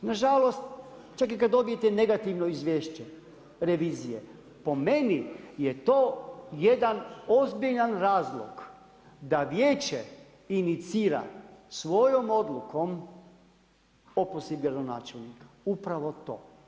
Nažalost čak i kad dobijete negativno izvješće revizije po meni je to jedna ozbiljan razlog da vijeće inicira svojom odlukom o opozivu gradonačelnika, upravo to.